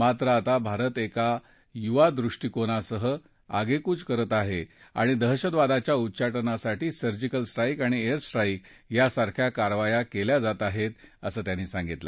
मात्र आता भारत एका युवा दृष्टीकोनासह आगेकूच करत आहे आणि दहशतवादाच्या उच्चाटनासाठी सर्जिकल स्ट्राईक आणि एयर स्ट्राईक सारख्या कारवाया केल्या जात आहेत असं त्यांनी सांगितलं